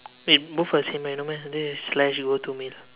wait both are the same meh no meh this is slash go to meal